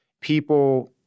People